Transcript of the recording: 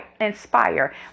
inspire